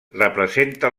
representa